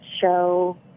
show